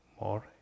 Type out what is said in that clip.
more